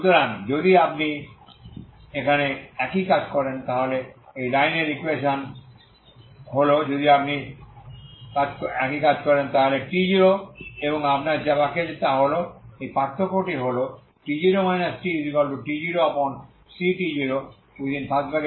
সুতরাং যদি আপনি এখানে একই কাজ করেন তাহলে এই লাইনের ইকুয়েশন হল যদি আপনি একই কাজ করেন তাহলে t0এবং আপনার যা বাকি আছে তা হল এই পার্থক্যটি হল t0 tt0c t0